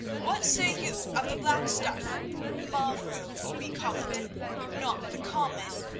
what say you of the black stuff mavro, we call it not the common,